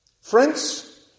Friends